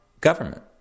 government